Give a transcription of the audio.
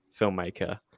filmmaker